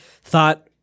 thought